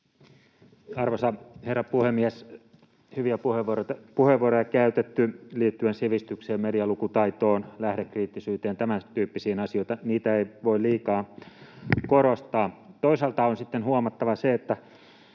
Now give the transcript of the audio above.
Arvoisa herra puhemies! Hyviä puheenvuoroja käytetty liittyen sivistykseen ja medialukutaitoon, lähdekriittisyyteen, tämäntyyppisiin asioihin. Niitä ei voi liikaa korostaa. Toisaalta on huomattava se, miten